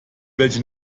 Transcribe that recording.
welche